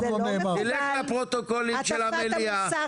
תלך לפרוטוקולים של המליאה.